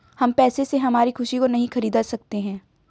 हम पैसे से हमारी खुशी को नहीं खरीदा सकते है